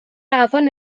afon